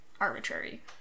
arbitrary